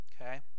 okay